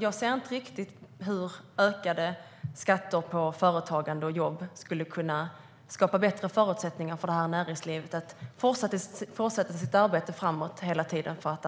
Jag ser inte hur ökade skatter på företagande och jobb skulle kunna skapa bättre förutsättningar för näringslivet att fortsätta sitt arbete för miljön framåt.